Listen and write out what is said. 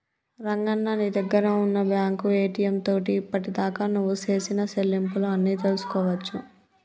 రంగన్న నీ దగ్గర ఉన్న బ్యాంకు ఏటీఎం తోటి ఇప్పటిదాకా నువ్వు సేసిన సెల్లింపులు అన్ని తెలుసుకోవచ్చు